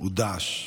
הוא דאעש.